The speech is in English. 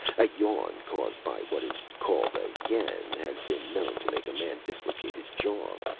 a yawn caused by what is called a yen has been known to make a man dislocate his jaw.